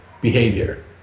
behavior